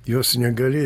jos negali